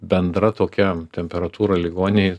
bendra tokiam temperatūra ligoninėj